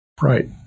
Right